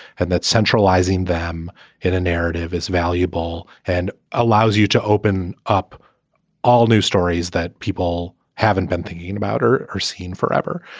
and that centralizing them in a narrative is valuable and allows you to open up all new stories that people haven't been thinking about or are seen forever.